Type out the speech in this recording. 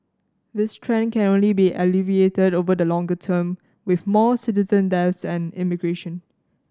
this trend can only be alleviated over the longer term with more citizen and immigration